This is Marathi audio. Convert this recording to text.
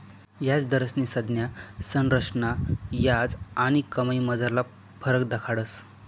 याजदरस्नी संज्ञा संरचना याज आणि कमाईमझारला फरक दखाडस